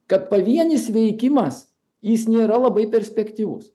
kad pavienis veikimas jis nėra labai perspektyvus